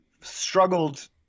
struggled